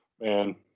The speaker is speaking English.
Man